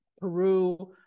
Peru